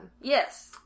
yes